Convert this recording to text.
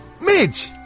Midge